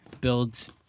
builds